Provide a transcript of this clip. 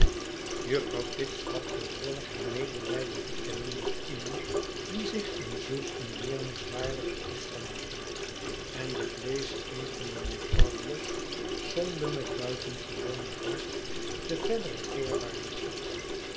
juffrouw tibbs gaf behoorlijk haar medelijden te kennen met iemand die zich in zulk een deerniswaardigen toestand bevond en devleeschetende mevrouw bloss somde met buitengewone baast de verdere voorwaarden op